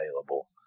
available